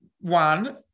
one